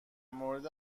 مورد